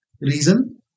reason